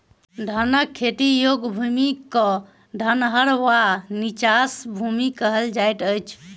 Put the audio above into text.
धानक खेती योग्य भूमि क धनहर वा नीचाँस भूमि कहल जाइत अछि